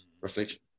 reflection